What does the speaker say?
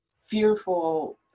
fearful